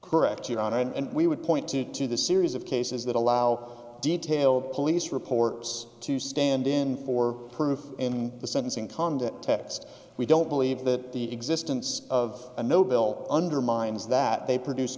correct it on and we would point to to the series of cases that allow detailed police reports to stand in for proof in the sentencing condit text we don't believe that the existence of a no bill undermines that they produce